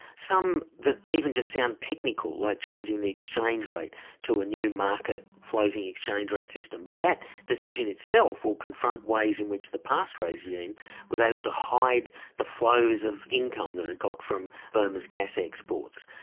some that even just sound technical, like changing the exchange rate to a new market floating exchange rate system, but that decision itself will confront ways in which the past regime was able to hide the flows of income that it got from burma's gas exports.